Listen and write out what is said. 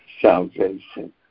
salvation